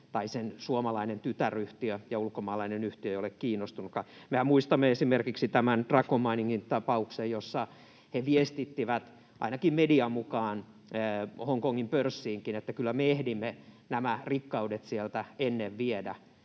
tytäryhtiö ajautuu konkurssiin ja ulkomaalainen yhtiö ei olekaan kiinnostunut. Mehän muistamme esimerkiksi tämän Dragon Miningin tapauksen, jossa he ainakin median mukaan viestittivät Hongkongin pörssiinkin, että kyllä me ehdimme nämä rikkaudet sieltä ennen viedä